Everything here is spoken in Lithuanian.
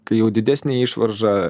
kai jau didesnė išvarža